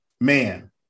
man